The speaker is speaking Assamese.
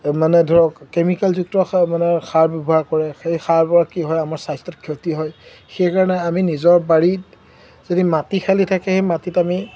মানে ধৰক কেমিকেলযুক্ত সাৰ মানে সাৰ ব্যৱহাৰ কৰে সেই সাৰৰপৰা কি হয় আমাৰ স্বাস্থ্যত ক্ষতি হয় সেইকাৰণে আমি নিজৰ বাৰীত যদি মাটি খালী থাকে সেই মাটিত আমি